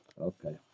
Okay